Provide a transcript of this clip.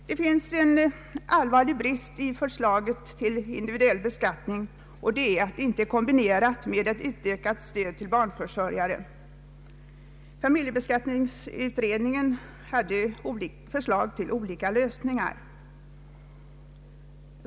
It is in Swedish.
Det finns en allvarlig brist i förslaget till individuell beskattning, nämligen att det inte är kombinerat med ett utökat stöd till barnförsörjare. Familjebeskatiningsutredningen hade förslag till olika lösningar.